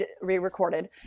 re-recorded